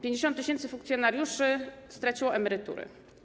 50 tys. funkcjonariuszy straciło emerytury.